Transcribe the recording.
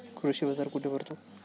कृषी बाजार कुठे भरतो?